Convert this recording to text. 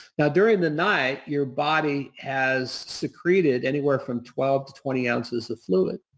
now, during the night, your body has secreted anywhere from twelve to twenty ounces of fluid.